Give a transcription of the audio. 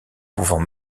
pouvant